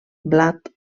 blat